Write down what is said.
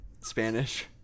spanish